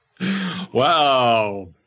Wow